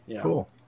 cool